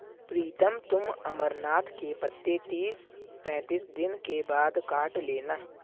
प्रीतम तुम अमरनाथ के पत्ते तीस पैंतीस दिन के बाद काट लेना